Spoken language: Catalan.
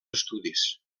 estudis